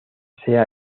sea